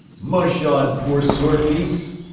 mush on, poor sore feets,